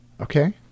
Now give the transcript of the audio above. okay